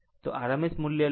તો RMS value લો